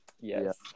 Yes